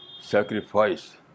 sacrifice